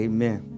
Amen